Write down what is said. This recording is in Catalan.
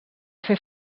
fer